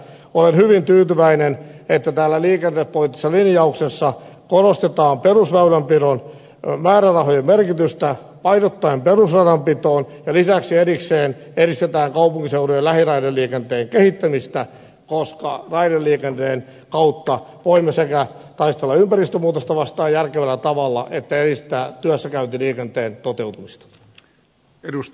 olen hyvin tyytyväinen että täällä liikennepoliittisessa linjauksessa korostetaan perusväylänpidon määrärahojen merkitystä painottaen perusradanpitoon ja lisäksi erikseen edistetään kaupunkiseudun ja lähiraideliikenteen kehittämistä koska raideliikenteen kautta voimme sekä taistella ympäristönmuutosta vastaan järkevällä tavalla että edistää työssäkäyntiliikenteen toteutumista